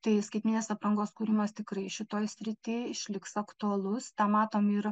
tai skaitmeninės aprangos kūrimas tikrai šitoj srity išliks aktualus tą matom ir